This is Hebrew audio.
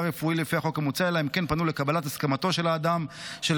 רפואי לפי החוק המוצע אלא אם כן פנו לקבלת הסכמתו של האדם שלגביו